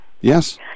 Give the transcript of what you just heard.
yes